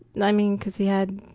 and i mean, because he had,